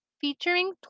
featuring